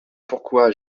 pourquoi